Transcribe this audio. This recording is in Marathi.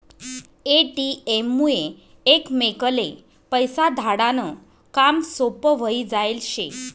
ए.टी.एम मुये एकमेकले पैसा धाडा नं काम सोपं व्हयी जायेल शे